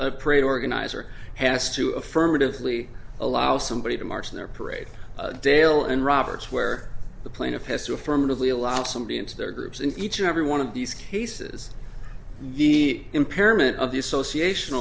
a parade organizer has to affirmatively allow somebody to march in their parade dale and roberts where the plaintiff has to affirmatively allow somebody into their groups in each and every one of these cases the impairment of the association